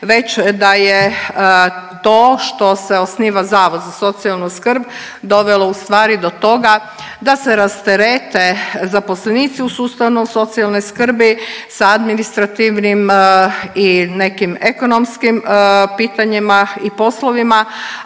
već da je to što se osniva Zavod za socijalnu skrb dovelo ustvari do toga da se rasterete zaposlenici u sustavu socijalne skrbi sa administrativnim i nekim ekonomskim pitanjima i poslovima,